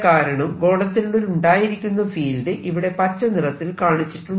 കാരണം ഗോളത്തിനുള്ളിൽ ഉണ്ടായിരിക്കുന്ന ഫീൽഡ് ഇവിടെ പച്ച നിറത്തിൽ കാണിച്ചിട്ടുണ്ട്